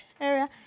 area